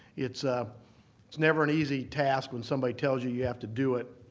it's ah it's never an easy task when somebody tells you you have to do it.